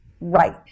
right